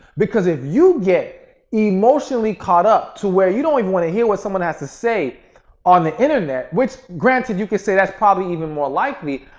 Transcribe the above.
because if you get emotionally caught up to where you don't even want to hear what someone has to say on the internet, which granted you can say that's probably even more likely.